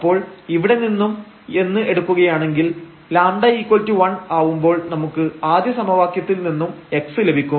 അപ്പോൾ ഇവിടെ നിന്നും എന്ന് എടുക്കുകയാണെങ്കിൽ λ1 ആവുമ്പോൾ നമുക്ക് ആദ്യ സമവാക്യത്തിൽ നിന്നും x ലഭിക്കും